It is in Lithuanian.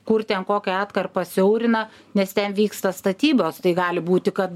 kur ten kokią atkarpą siaurina nes ten vyksta statybos tai gali būti kad